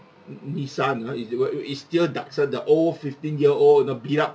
Nissan uh is you know is still Datsun the old fifteen year old you know beat up